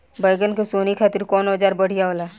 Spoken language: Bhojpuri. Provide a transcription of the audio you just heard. बैगन के सोहनी खातिर कौन औजार बढ़िया होला?